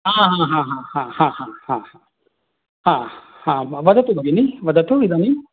हा हा हा हा हा हा हा वदतु भगिनी वदतु इदानीं